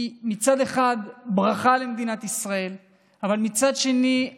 היא מצד אחד ברכה למדינת ישראל אבל מצד שני,